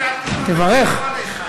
תברך.